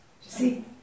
see